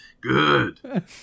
good